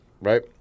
right